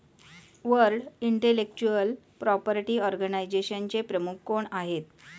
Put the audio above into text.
World intellectual property ऑर्गनायझेशनचे प्रमुख कोण आहेत?